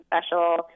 special